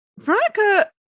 Veronica